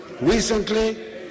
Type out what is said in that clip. Recently